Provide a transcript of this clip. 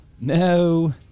No